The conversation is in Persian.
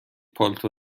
پالتو